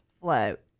float